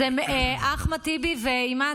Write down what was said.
אחמד טיבי ואימאן,